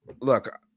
Look